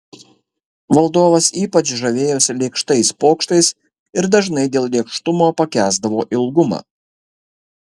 valdovas ypač žavėjosi lėkštais pokštais ir dažnai dėl lėkštumo pakęsdavo ilgumą